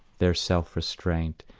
their self-restraint,